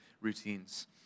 routines